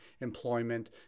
employment